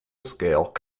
scale